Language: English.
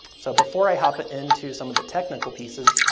so before i hop into some of the technical pieces,